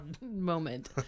moment